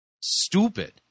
stupid